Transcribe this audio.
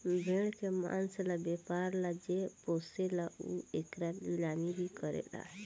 भेड़ के मांस ला व्यापर ला जे पोसेला उ एकर नीलामी भी करेला